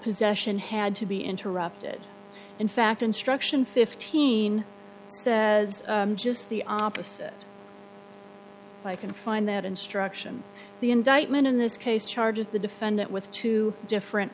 possession had to be interrupted in fact instruction fifteen says just the opposite i can find that instruction the indictment in this case charges the defendant with two different